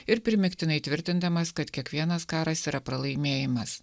ir primygtinai tvirtindamas kad kiekvienas karas yra pralaimėjimas